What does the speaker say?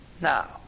now